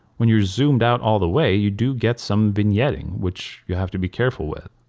when you're zoomed out all the way you do get some vignetting which you have to be careful with.